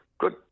Good